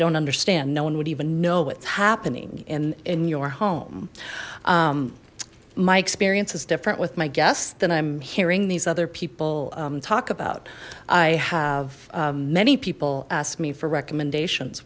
don't understand no one would even know what's happening in in your home my experience is different with my guests that i'm hearing these other people talk about i have many people asked me for recommendations